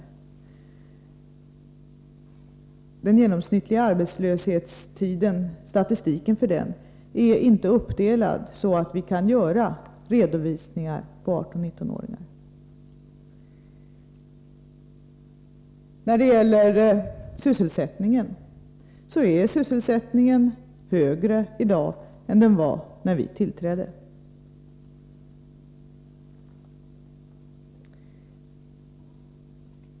Statistiken för den genomsnittliga arbetslöshetstiden är inte uppdelad så att vi kan göra redovisningar på 18-19-åringar. Sysselsättningen är högre i dag än den var när vi tillträdde.